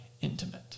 intimate